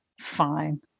Fine